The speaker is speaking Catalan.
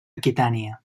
aquitània